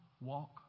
walk